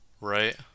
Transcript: right